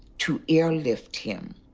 to airlift him.